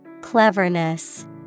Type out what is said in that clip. Cleverness